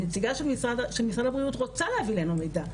הנציגה של משרד הבריאות רוצה להביא אלינו מידע,